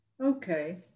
Okay